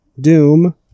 Doom